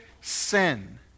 sin